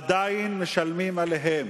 עדיין משלמים עליהם,